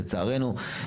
לצערנו,